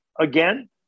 again